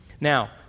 Now